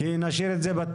כי נשאיר את זה פתוח?